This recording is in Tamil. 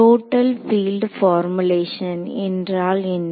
டோட்டல் பீல்ட் பார்முலேஷன் என்றால் என்ன